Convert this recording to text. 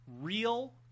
real